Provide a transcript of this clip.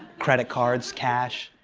credit cards. cash.